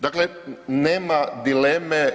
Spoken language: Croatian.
Dakle, nema dileme.